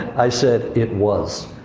i said, it was.